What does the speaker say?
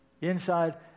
inside